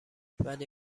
ولی